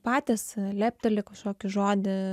patys lepteli kažkokį žodį